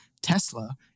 Tesla